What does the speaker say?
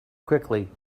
quickly